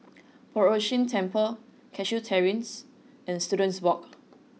Poh Ern Shih Temple Cashew Terrace and Students Walk